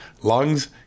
lungs